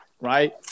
right